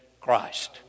Christ